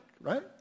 right